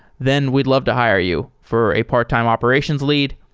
then we'd love to hire you for a part-time operations lead.